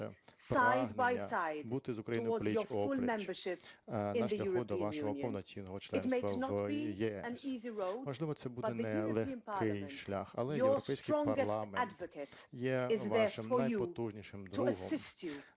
бути з Україною пліч-о-пліч на шляху до вашого повноцінного членства в ЄС. Можливо, це буде нелегкий шлях, але Європейський парламент є вашим найпотужнішим другом,